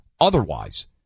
otherwise